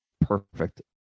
perfect